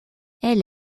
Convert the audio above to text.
elle